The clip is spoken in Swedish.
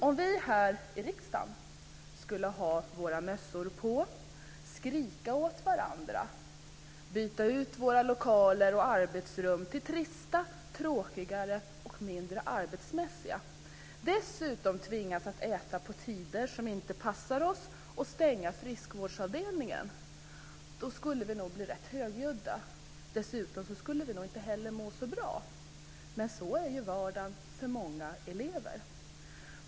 Om vi här i riksdagen skulle ha våra mössor på oss, skrika åt varandra, byta ut våra lokaler och arbetsrum till trista, tråkigare och mindre arbetsmässiga och dessutom tvingas att äta på tider som inte passade och stänga friskvårdsavdelningen, då skulle vi nog högljudda. Dessutom skulle vi inte heller må bra. Men så är vardagen för många elever.